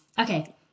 Okay